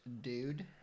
dude